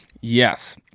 Yes